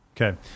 Okay